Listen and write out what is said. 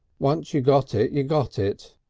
once you got it you got it.